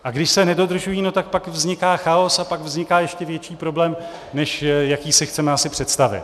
A když se nedodržují, tak pak vzniká chaos a pak vzniká ještě větší problém, než jaký si chceme asi představit.